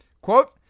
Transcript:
quote